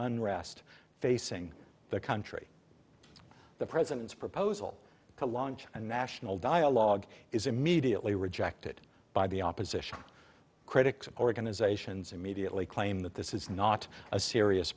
unrest facing the country the president's proposal to launch a national dialogue is immediately rejected by the opposition critics organizations immediately claim that this is not a serious